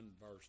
verse